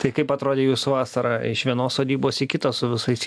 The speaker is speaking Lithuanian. tai kaip atrodė jūsų vasara iš vienos sodybos į kitą su visais